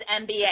MBA